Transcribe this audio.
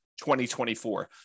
2024